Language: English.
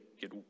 get